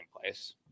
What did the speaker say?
place